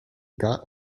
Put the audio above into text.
got